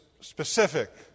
specific